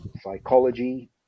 psychology